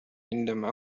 عندما